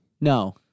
No